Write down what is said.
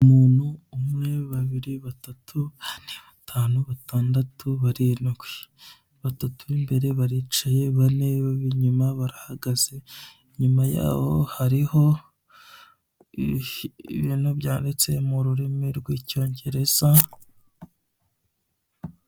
Umuntu umwe babiri batatu bane batanu batandatu barindwi batatu b'imbere baricaye bane b'inyuma barahagaze, inyuma yabo hariho ibintu byanditse mu rurimi rw'icyongereza.